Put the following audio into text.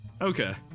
okay